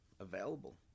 available